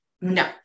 no